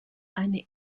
eine